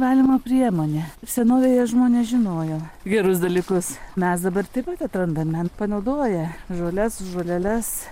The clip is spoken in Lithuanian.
valymo priemonė senovėje žmonės žinojo gerus dalykus mes dabar taip pat atrandame panaudoja žoles žoleles